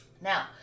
Now